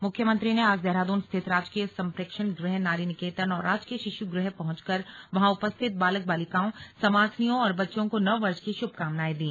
मुख्यमंत्री ने आज देहराद्रन स्थित राजकीय सम्प्रेक्षण गृह नारी निकेतन और राजकीय शिशु गृह पहुंचकर वहां उपस्थित बालक बालिकाओं संवासनियों और बच्चों को नववर्ष की शुभकामनाएं दी